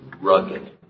rugged